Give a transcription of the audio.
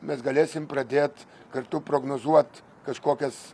mes galėsim pradėt kartu prognozuot kažkokias